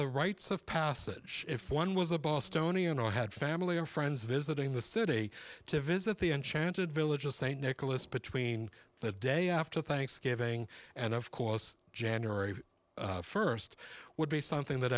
the rites of passage if one was a bostonian or had family or friends visiting the city to visit the enchanted village of st nicholas between the day after thanksgiving and of course january first would be something that